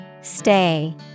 Stay